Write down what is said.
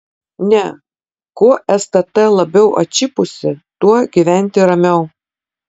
ne kuo stt labiau atšipusi tuo gyventi ramiau